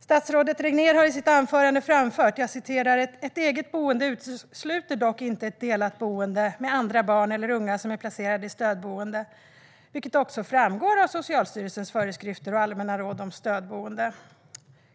Statsrådet Regnér har i sitt anförande framfört: "Ett eget boende utesluter dock inte ett delat boende med andra barn eller unga som är placerade i stödboende, vilket också framgår av Socialstyrelsens föreskrifter och allmänna råd om stödboende."